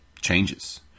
changes